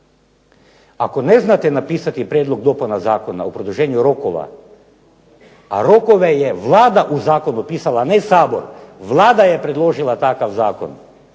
Ako ne znate napisati prijedlog dopuna zakona o produženju rokova, a rokove je Vlada u zakonu pisala a ne Sabor, Vlada je predložila takav zakon,